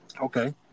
Okay